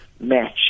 match